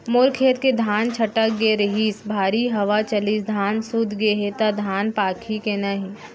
मोर खेत के धान छटक गे रहीस, भारी हवा चलिस, धान सूत गे हे, त धान पाकही के नहीं?